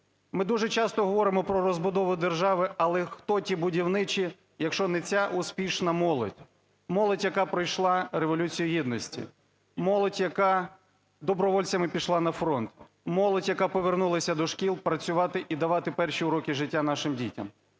Ми дуже часто говоримо про розбудову держави, але хто ті будівничі, якщо не ця успішна молодь? Молодь, яка пройшла Революцію Гідності, молодь, яка добровольцями пішла на фронт, молодь, яка повернулась до шкіл працювати і давати перші уроки життя нашим дітям.